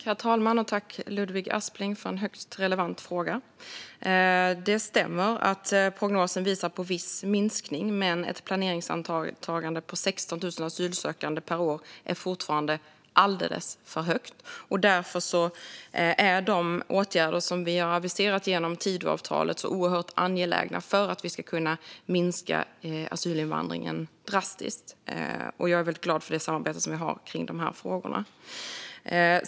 Herr talman! Jag tackar Ludvig Aspling för en högst relevant fråga. Det stämmer att prognosen visar på viss minskning, men ett planeringsantagande på 16 000 asylsökande per år är fortfarande alldeles för högt. Därför är de åtgärder vi har aviserat i Tidöavtalet så angelägna för att vi ska kunna minska asylinvandringen drastiskt. Jag är väldigt glad över det samarbete vi har i dessa frågor.